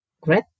great